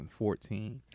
2014